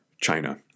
China